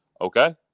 okay